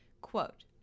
Quote